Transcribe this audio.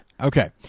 Okay